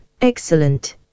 Excellent